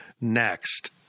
next